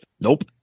nope